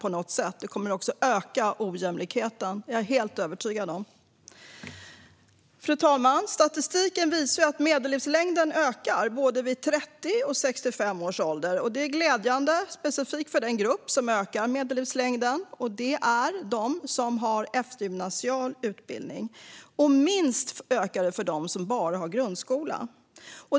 Den kommer också att leda till ökad ojämlikhet; det är jag helt övertygad om. Fru talman! Statistiken visar att medellivslängden ökar både i den grupp som är 30 år och i den grupp som är 65 år. Det är glädjande. Det finns en specifik grupp där medellivslängden ökar: bland dem som har eftergymnasial utbildning. Medellivslängden ökar minst bland dem som bara har grundskola.